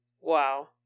Wow